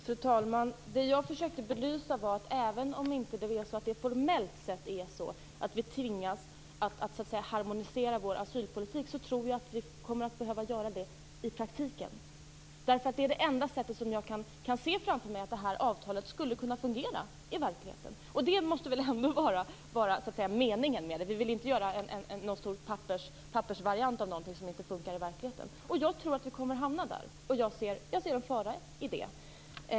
Fru talman! Det jag försökte belysa var följande: Även om det inte formellt sett är så att vi tvingas harmonisera vår asylpolitik, tror jag att vi kommer att behöva göra det i praktiken. Det är det enda sätt som jag kan se framför mig att det här avtalet skulle kunna fungera på i verkligheten, och det måste väl ändå vara meningen? Vi vill väl inte göra någon stor pappersvariant av något som inte funkar i verkligheten? Jag tror att vi kommer att hamna där, och jag ser en fara i det.